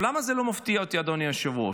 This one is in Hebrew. למה זה לא מפתיע אותי, אדוני היושב-ראש?